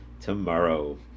tomorrow